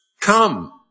come